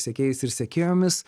sekėjais ir sekėjomis